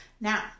Now